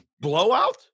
Blowout